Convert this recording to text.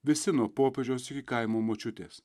visi nuo popiežiaus iki kaimo močiutės